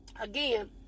again